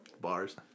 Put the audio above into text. Bars